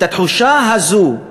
את התחושה הזו,